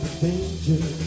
danger